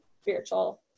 spiritual